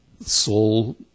soul